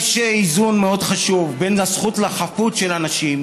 יש איזון מאוד חשוב בין הזכות לחפות של אנשים,